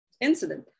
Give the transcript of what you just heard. incident